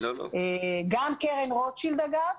וגם קרן רוטשילד אגב,